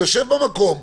יושב במקום,